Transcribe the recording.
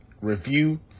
review